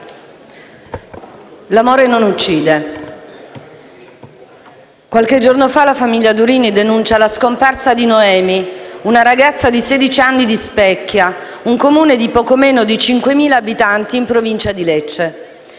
l'amore non uccide. Qualche giorno fa la famiglia Durini denuncia la scomparsa di Noemi, una ragazza di sedici anni di Specchia, un comune di poco meno di 5.000 abitanti in provincia di Lecce.